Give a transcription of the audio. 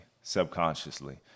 subconsciously